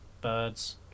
birds